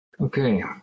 Okay